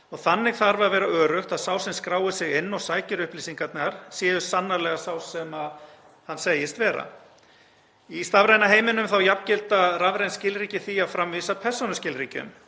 og þannig þarf að vera öruggt að sá sem skráir sig inn og sækir upplýsingarnar sé sannarlega sá sem hann segist vera. Í stafræna heiminum jafngilda rafræn skilríki því að framvísa persónuskilríkjum